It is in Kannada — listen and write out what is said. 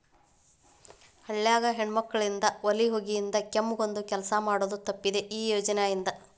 ಹಳ್ಯಾಗ ಹೆಣ್ಮಕ್ಕಳಿಗೆ ಒಲಿ ಹೊಗಿಯಿಂದ ಕೆಮ್ಮಕೊಂದ ಕೆಲಸ ಮಾಡುದ ತಪ್ಪಿದೆ ಈ ಯೋಜನಾ ಇಂದ